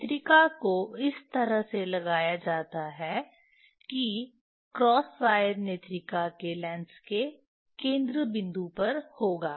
नेत्रिका को इस तरह से लगाया जाता है कि क्रॉस वायर नेत्रिका के लेंस के केंद्र बिंदु पर होगा